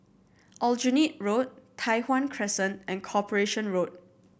Aljunied Road Tai Hwan Crescent and Corporation Road